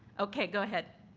okay, go ahead.